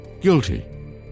guilty